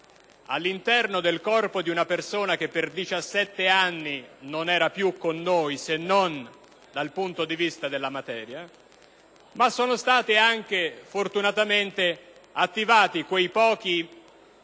all'interno del corpo di una persona che per 17 anni non era più con noi, se non dal punto di vista della materia, ma sono stati anche fortunatamente attivati quei pochi